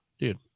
Dude